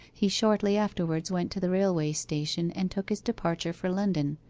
he shortly afterwards went to the railway-station and took his departure for london,